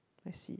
I see